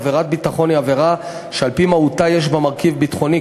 עבירת ביטחון היא עבירה שעל-פי מהותה יש בה מרכיב ביטחוני,